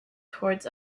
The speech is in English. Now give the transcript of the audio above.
towards